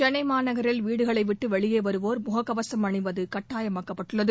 சென்னை மாநகரில் வீடுகளை விட்டு வெளியே வருவோர் முகக்கவசம் அணிவது கட்டாயமாக்கப்பட்டுள்ளது